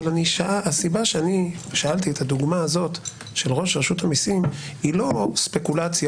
הסיבה ששאלתי את הדוגמה הזאת של ראש רשות המיסים היא לא ספקולציה.